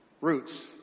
roots